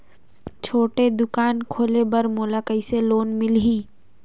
छोटे दुकान खोले बर मोला कइसे लोन मिलही?